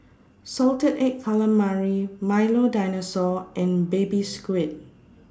Salted Egg Calamari Milo Dinosaur and Baby Squid